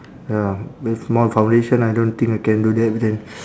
ya very small foundation I don't think I can do that but then